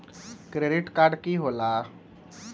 Credit card की होला?